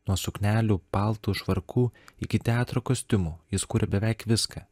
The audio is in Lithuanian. nuo suknelių paltų švarkų iki teatro kostiumų jis kuria beveik viską